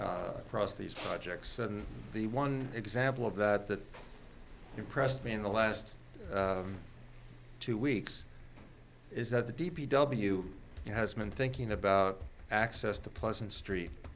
across these projects and the one example of that that impressed me in the last two weeks is that the d p w has been thinking about access to pleasant street